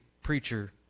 preacher